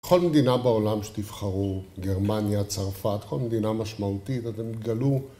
בכל מדינה בעולם שתבחרו, גרמניה, צרפת, כל מדינה משמעותית, אתם תגלו